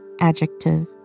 adjective